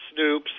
Snoops